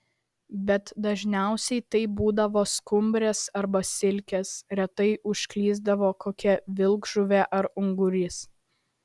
bet dažniausiai tai būdavo skumbrės arba silkės retai užklysdavo kokia vilkžuvė ar ungurys